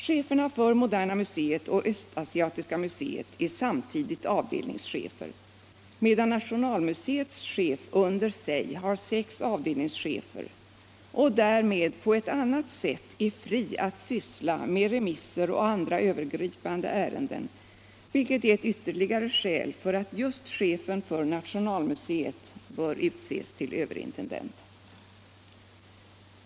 Cheferna för moderna museet och östasiatiska museet är samtidigt avdelningschefer, medan nationalmuseets chef under sig har sex avdelningschefer och därmed på ett annat sätt är fri att syssla med remisser och andra övergripande ärenden, vilket är ett ytterligare skäl för att just chefen för nationalmuseet bör utses till överintendent.